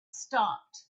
stopped